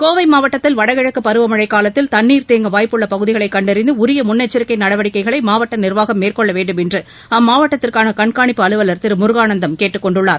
கோவை மாவட்டத்தில் வடகிழக்கு பருவமழை காலத்தில் தண்ணீர் தேங்க வாய்ப்புள்ள பகுதிகளை கண்டறிந்து உரிய முன்னெச்சிக்கை நடவடிக்கைகளை மாவட்ட நிர்வாகம் மேற்கொள்ள வேண்டுமென்று அம்மாவட்டத்திற்கான கண்காணிப்பு அலுவலர் திரு முருகானந்தம் கேட்டுக்கொண்டுள்ளார்